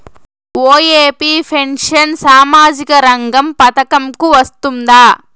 OAP pension సామాజిక రంగ పథకం కు వస్తుందా?